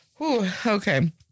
Okay